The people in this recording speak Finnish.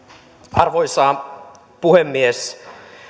arvoisa puhemies